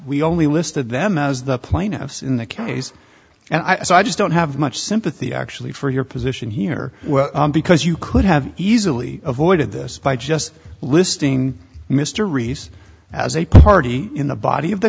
we only listed them as the plaintiffs in the case and i just don't have much sympathy actually for your position here because you could have easily avoided this by just listing mr reese as a party in the body of the